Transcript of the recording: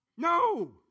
No